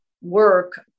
work